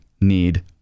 need